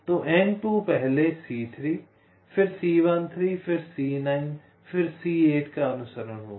तो N2 पहले C3 फिर C13 फिर C9 फिर C8 का अनुसरण करेगा